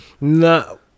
No